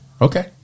Okay